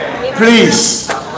please